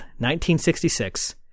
1966